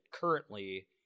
currently